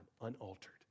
unaltered